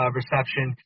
reception